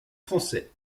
français